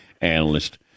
analyst